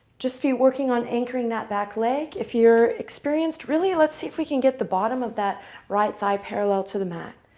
just be working on anchoring that back leg. if you're experienced, really, let's see if we can get the bottom of that right thigh parallel to the mat.